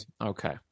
Okay